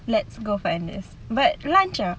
let's go find this but lunch lah